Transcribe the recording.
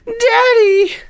Daddy